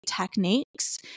techniques